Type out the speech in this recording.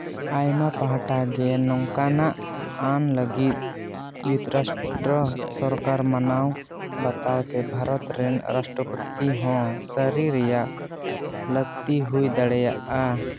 ᱟᱭᱢᱟ ᱯᱟᱦᱴᱟᱜᱮ ᱱᱚᱝᱠᱟᱱᱟᱜ ᱟᱹᱱ ᱞᱟᱹᱜᱤᱫ ᱭᱩᱛᱨᱟᱥᱴᱨᱚ ᱥᱚᱨᱠᱟᱨ ᱢᱟᱱᱟᱣ ᱵᱟᱛᱟᱣ ᱥᱮ ᱵᱷᱟᱨᱚᱛ ᱨᱮᱱ ᱨᱟᱥᱴᱚᱯᱚᱛᱤ ᱦᱚᱸ ᱥᱟᱨᱤ ᱨᱮᱭᱟᱜ ᱞᱟᱠᱛᱤ ᱦᱩᱭ ᱫᱟᱲᱮᱭᱟᱜᱼᱟ